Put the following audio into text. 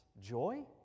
Joy